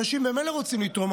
אנשים ממילא רוצים לתרום,